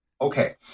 Okay